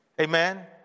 Amen